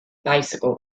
bicycle